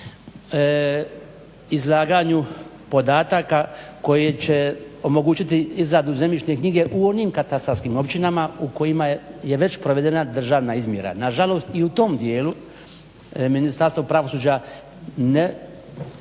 izlaganju podataka koji će omogućiti izradu zemljišne knjige u onim katastarskim općinama u kojima je već provedena državna izmjera. Na žalost i u tom dijelu Ministarstvo pravosuđa ne